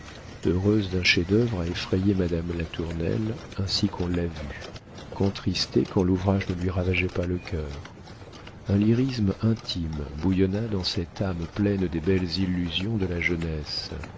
heureuse d'un chef-d'œuvre à effrayer madame latournelle ainsi qu'on l'a vu contristée quand l'ouvrage ne lui ravageait pas le cœur un lyrisme intime bouillonna dans cette âme pleine des belles illusions de la jeunesse